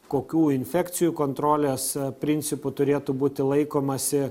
kokių infekcijų kontrolės principų turėtų būti laikomasi